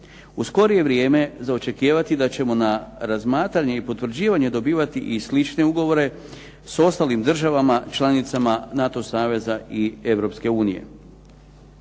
U skorije vrijeme za očekivati je da ćemo na razmatranje i potvrđivanje dobivati i slične ugovore s ostalim državama članicama NATO saveza i